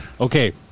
Okay